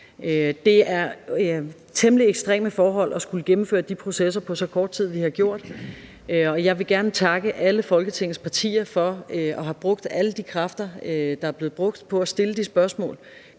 Det er temmelig ekstreme forhold at skulle gennemføre de processer på så kort tid, som vi har gjort. Og jeg vil gerne takke alle Folketingets partier for at have brugt alle de kræfter, der er blevet brugt på at stille de spørgsmål